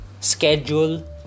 schedule